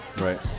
Right